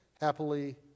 happily